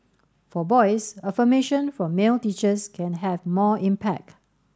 for boys affirmation from male teachers can have more impact